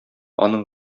аның